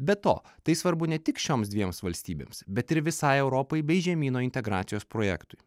be to tai svarbu ne tik šioms dviems valstybėms bet ir visai europai bei žemyno integracijos projektui